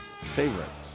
favorite